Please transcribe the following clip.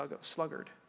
sluggard